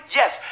yes